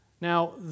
Now